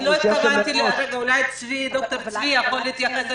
אולי ד"ר צבי פישל יכול להתייחס.